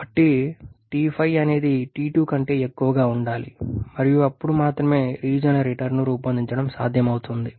కాబట్టి T5 అనేది T2 కంటే ఎక్కువగా ఉండాలి మరియు అప్పుడు మాత్రమే రీజెనరేటర్ను రూపొందించడం సాధ్యమవుతుంది